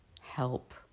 help